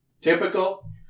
Typical